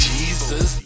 Jesus